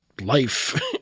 life